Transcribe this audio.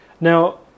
Now